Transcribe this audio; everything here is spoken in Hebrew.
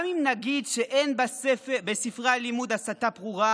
גם אם נגיד שאין בספרי הלימוד הסתה ברורה,